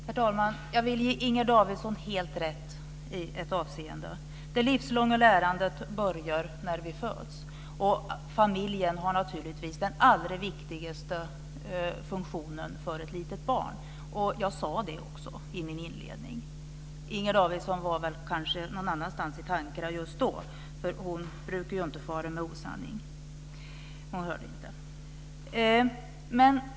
Herr talman! Jag vill ge Inger Davidson helt rätt i ett avseende. Det livslånga lärandet börjar när vi föds, och familjen har naturligtvis den allra viktigaste funktionen för ett litet barn. Jag sade också det i min inledning. Inger Davidson var kanske någon annanstans i tankarna just då och hörde det inte, för hon brukar inte fara med osanning.